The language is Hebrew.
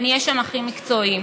ונהיה שם הכי מקצועיים.